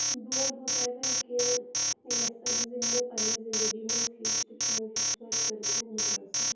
بہٕ وَنہو تۄہہِ وۄنۍ کیٚنٛہہ لیسنٕز یِم مےٚ پنٕنہِ زِنٛدگی منٛز ہِیٚچھ تہٕ تِمو کِتھٕ پٲٹھۍ کٔرٕس بہٕ مُتٲثر